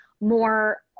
more